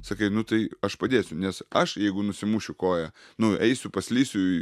sakai nu tai aš padėsiu nes aš jeigu nusimušiu koją nu eisiu paslysiu